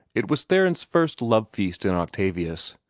it was theron's first love-feast in octavius,